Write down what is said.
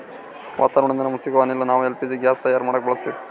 ವಾತಾವರಣದಿಂದ ನಮಗ ಸಿಗೊ ಅನಿಲ ನಾವ್ ಎಲ್ ಪಿ ಜಿ ಗ್ಯಾಸ್ ತಯಾರ್ ಮಾಡಕ್ ಬಳಸತ್ತೀವಿ